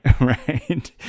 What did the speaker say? right